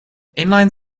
inline